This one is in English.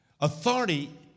Authority